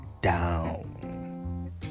down